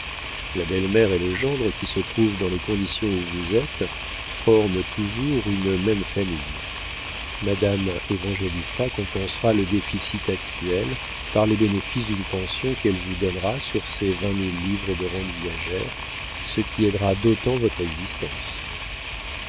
la belle-mère et le gendre qui se trouvent dans les conditions où vous êtes forment toujours une même famille madame évangélista compensera le déficit actuel par les bénéfices d'une pension qu'elle vous donnera sur ses vingt mille livres de rentes viagères ce qui aidera d'autant votre existence